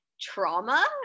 trauma